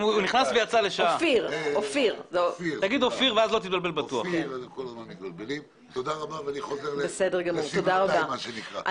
הדיון המהיר, תודה רבה ואני חוזר לוועדת החוקה.